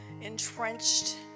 entrenched